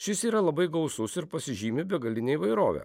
šis yra labai gausus ir pasižymi begaline įvairove